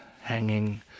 hanging